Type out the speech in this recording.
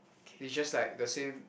they just like the same